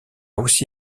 aussi